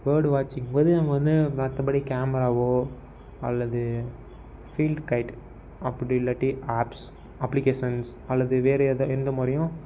bird வாட்சிங் போது நம்ம வந்து மற்றபடி கேமராவோ அல்லது ஃபீல்டு கைட் அப்படி இல்லாட்டி ஆப்ஸ் அப்ளிகேஷன்ஸ் அல்லது வேறு எந்த முறையும்